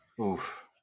Oof